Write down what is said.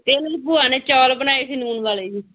ਅਤੇ ਇਹਨਾਂ ਦੀ ਭੂਆ ਨੇ ਚੌਲ ਬਣਾਏ ਸੀ ਲੂਣ ਵਾਲੇ ਜੀ